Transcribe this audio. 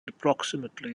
approximately